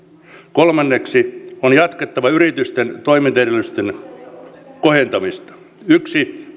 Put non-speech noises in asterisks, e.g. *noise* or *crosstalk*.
kolmanneksi on jatkettava yritysten toimintaedellytysten kohentamista yksi *unintelligible*